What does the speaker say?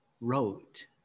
wrote